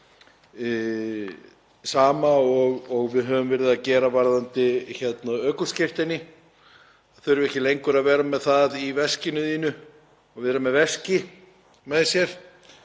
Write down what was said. sama og við höfum verið að gera varðandi ökuskírteini, að þurfa ekki lengur að vera með það í veskinu sínu og vera með veskið með sér,